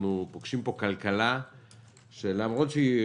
שאנחנו פוגשים פה כלכלה שלמרות שהיא